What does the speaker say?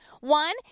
One